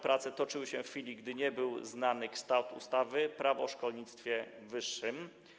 Prace toczyły się w chwili, gdy nie był znany kształt ustawy Prawo o szkolnictwie wyższym.